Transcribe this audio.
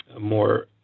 more